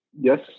Yes